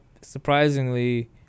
surprisingly